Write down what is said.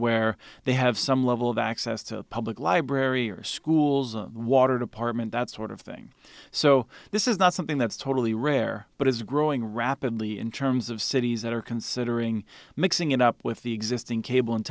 where they have some level of access to public library or schools or water department that sort of thing so this is not something that's totally rare but it's growing rapidly in terms of cities that are considering mixing it up with the existing cable and